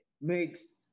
makes